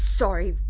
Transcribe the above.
sorry